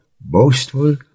boastful